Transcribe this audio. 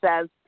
says